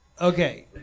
Okay